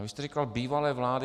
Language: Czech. Vy jste říkal bývalé vlády.